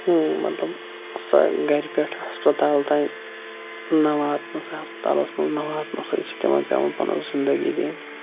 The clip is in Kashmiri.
مَطلَب گَرِ پیٹھ ہَسپَتال تام نہ واتنہٕ سۭتۍ ہَسپَتالَس مَنٛز نہَ واتنہٕ سۭتۍ چھِ تِمَن پیٚوان پَنٕن زِندَگی دِنۍ